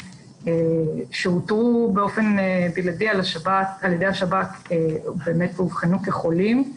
שאותרו באופן בלעדי על ידי השב"כ ובאמת אובחנו כחולים,